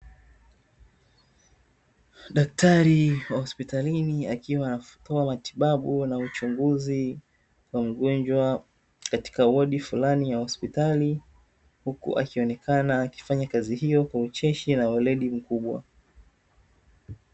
Daktari wa hospital akiwa anatoa matibabu na uchunguzi wa magonjwa katika wodi fulani ya hospitali huku akionekana akifanya kazi hiyo kwa ucheshi na weledi mkubwa